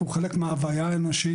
הוא חלק מההוויה האנושית,